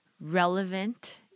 relevant